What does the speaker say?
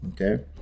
Okay